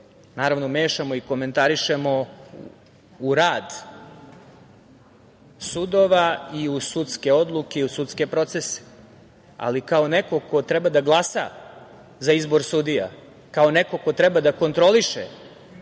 da se mešamo i komentarišemo rad sudova, sudske odluke i sudske procese, ali kao neko ko treba da glasa za izbor sudija, kao neko ko treba da kontroliše